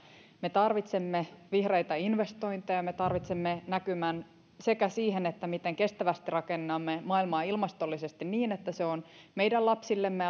me tarvitsemme vihreitä investointeja me tarvitsemme näkymän siihen miten kestävästi rakennamme maailmaa ilmastollisesti niin että se on meidän lapsillemme